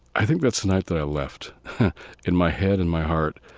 i think that's the night that i left in my head and my heart.